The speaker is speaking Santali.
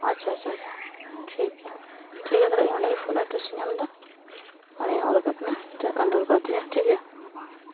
ᱟᱪᱪᱷᱟ ᱟᱪᱪᱷᱟ ᱟᱪᱪᱷᱟ ᱴᱷᱤᱠᱜᱮᱭᱟ ᱴᱷᱤᱠᱜᱮᱭᱟ ᱛᱟᱦᱞᱮ ᱤᱧ ᱚᱸᱰᱮ ᱜᱮ ᱯᱷᱩᱞ ᱮᱰᱰᱨᱮᱥ ᱤᱧ ᱮᱢᱫᱟ ᱟᱨᱤᱧ ᱚᱞᱟᱯᱮ ᱠᱟᱱᱟ ᱛᱤᱱᱟᱹᱜ ᱜᱟᱱ ᱫᱚᱨᱠᱟᱨ ᱛᱤᱧᱟᱹ ᱴᱷᱤᱠᱜᱮᱭᱟ